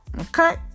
okay